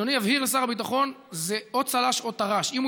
אדוני יבהיר לשר הביטחון שזה או צל"ש או טר"ש: אם הוא